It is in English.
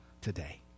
today